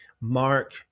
Mark